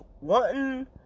wanting